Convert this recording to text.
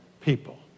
people